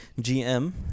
GM